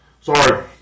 Sorry